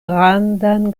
grandan